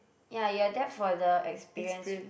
ya you are there for the experience